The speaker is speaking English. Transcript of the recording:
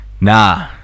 Nah